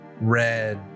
red